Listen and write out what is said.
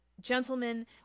Gentlemen